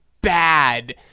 bad